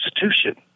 Constitution